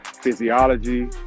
physiology